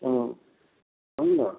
ହୁଁ ହୁଁ